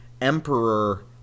Emperor